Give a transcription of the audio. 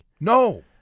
No